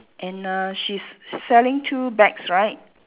and she's selling two bags right